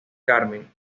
carmen